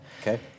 okay